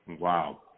Wow